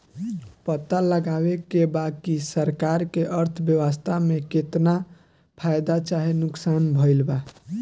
पता लगावे के बा की सरकार के अर्थव्यवस्था में केतना फायदा चाहे नुकसान भइल बा